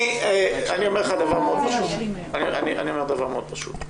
אני אומר דבר מאוד פשוט.